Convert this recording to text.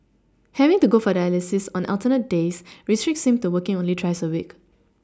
having to go for dialysis on alternate days restricts him to working only thrice a week